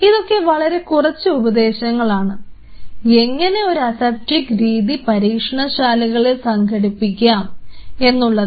ഇതൊക്കെ വളരെ കുറച്ച് ഉപദേശങ്ങളാണ് എങ്ങനെ ഒരു അസെപ്റ്റിക് രീതി പരീക്ഷണശാലകളിൽ സംഘടിപ്പിക്കാം എന്നുള്ളതിന്